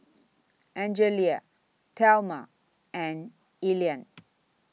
Angelia Thelma and Elian